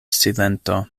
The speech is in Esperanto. silento